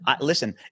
Listen